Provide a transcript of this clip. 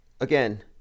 again